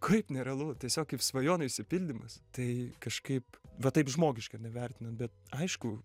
kaip nerealu tiesiog kaip svajonių išsipildymas tai kažkaip va taip žmogiškai nevertinan bet aišku